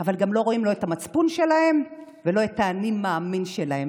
אבל גם לא רואים לא את המצפון שלהם ולא את האני מאמין שלהם,